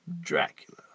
Dracula